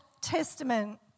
Testament